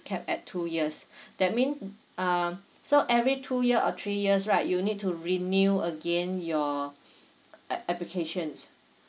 cap at two years that mean uh so every two years or three years right you need to renew again your ap~ applications